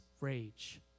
rage